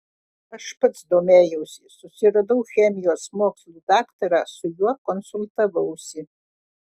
aš pats domėjausi susiradau chemijos mokslų daktarą su juo konsultavausi